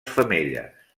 femelles